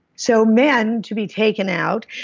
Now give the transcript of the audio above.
so men, to be taken out,